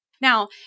Now